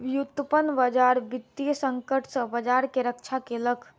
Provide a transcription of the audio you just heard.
व्युत्पन्न बजार वित्तीय संकट सॅ बजार के रक्षा केलक